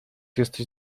jesteś